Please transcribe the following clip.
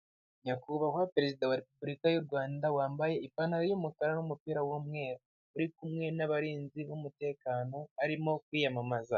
Nyakubahwa perezida wa repubulika y'u Rwanda, wambaye ipantaro y'umukara n'umupira w'umweru. Uri kumwe n'abarinzi b'umutekano, arimo kwiyamamaza.